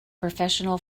professional